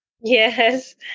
Yes